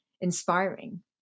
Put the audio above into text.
inspiring